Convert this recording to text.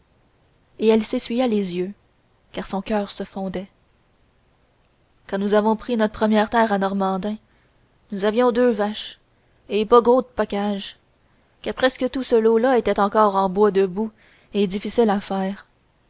fondait quand nous avons pris notre première terre à normandin nous avions deux vaches et pas gros de pacage car presque tout ce lot là était encore en bois debout et difficile à faire